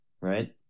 Right